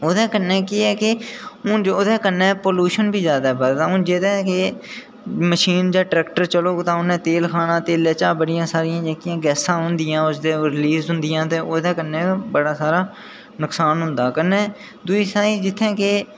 ओह्दे कन्नै केह् ऐ कि ओह्दे कन्नै प्लूशन बी जादै बधदा जेह्दे कन्नै के मशीन जां ट्रैक्टर चलग तां उन्नै तेल खाना ओह्दे च बड़ियां सारियां जेह्कियां गैसां होंदियां ओह् रिलीज़ होंदियां ते ओह्दे कन्नै बड़ा सारा नुक्सान होंदा दूई साईड जित्थै कि